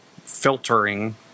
filtering